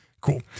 Cool